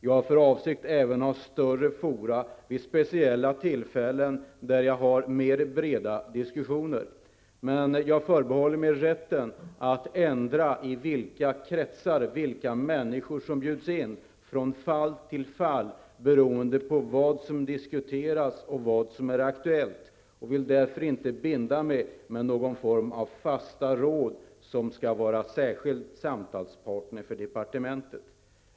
Jag har även för avsikt att i större fora vid speciella tillfällen ha mer breda diskussioner. Jag förbehåller mig rätten att bestämma vilka kretsar och vilka människor som bjuds in från fall till fall, beroende på vad som diskuteras och vad som är aktuellt. Jag vill därför inte binda mig vid någon form av fasta råd, som skall vara särskilda samtalspartner för departementet.